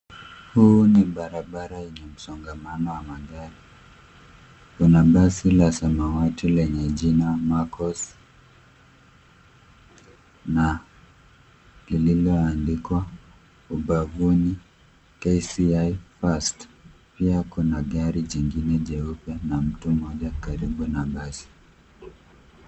Hii ni barabara yenye msongamano wa magari. Kuna basi la samawati lenye jina marcos na lililoandikwa ubavuni KCI first. Pia kuna gari jingine jeupe na mtu mmoja karibu na basi.